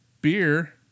beer